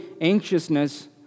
anxiousness